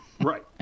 Right